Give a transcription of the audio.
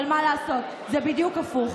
אבל מה לעשות, זה בדיוק הפוך.